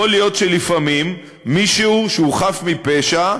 יכול להיות שלפעמים מישהו שהוא חף מפשע,